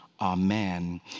Amen